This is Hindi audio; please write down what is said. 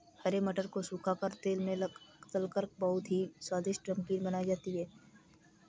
हरे मटर को सुखा कर तेल में तलकर बहुत ही स्वादिष्ट नमकीन बनाई जाती है